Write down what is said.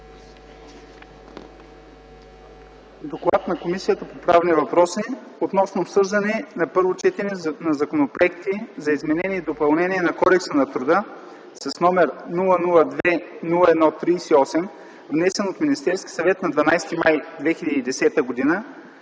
ДОКЛАД на Комисията по правни въпроси относно обсъждане на първо четене на законопроекти за изменение и допълнение на Кодекса на труда: с № 002-01-38, внесен от Министерския съвет на 12.05.2010 г.;